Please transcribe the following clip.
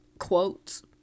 quotes